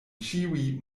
ĉiuj